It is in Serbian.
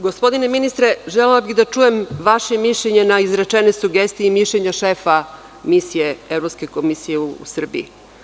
Gospodine ministre, želela bih da čujem vaše mišljenje na izrečene sugestije i mišljenje šefa Misije Evropske komisije u Srbiji?